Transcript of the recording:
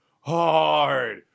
hard